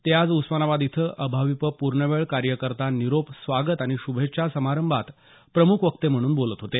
ते आज उस्मानबाद इथं अभाविप पूर्णवेळ कार्यकर्ता निरोप स्वागत आणि श्रभेच्छा समारंभात प्रमुख वक्ते म्हणून बोलत होते